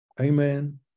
Amen